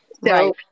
right